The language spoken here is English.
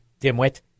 dimwit